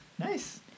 Nice